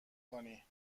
کنی